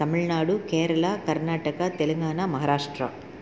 Tamil Nadu Kerala Karnataka Telangana Maharashtra